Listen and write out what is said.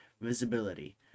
Visibility